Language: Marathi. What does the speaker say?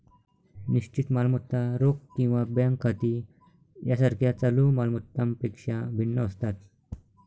निश्चित मालमत्ता रोख किंवा बँक खाती यासारख्या चालू माल मत्तांपेक्षा भिन्न असतात